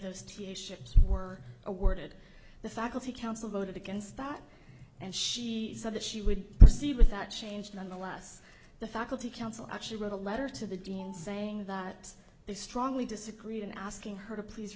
those two ships were awarded the faculty council voted against that and she said that she would proceed with that change nonetheless the faculty council actually wrote a letter to the dean saying that they strongly disagreed in asking her to please